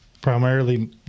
primarily